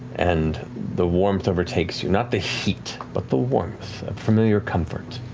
and the warmth overtakes you, not the heat but the warmth. a familiar comfort.